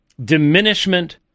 diminishment